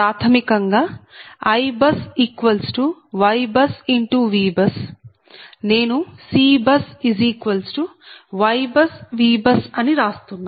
ప్రాథమికంగా IBUSYBUSVBUS నేను CBUSYBUSVBUS అని రాస్తున్నా